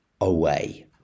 away